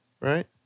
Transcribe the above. right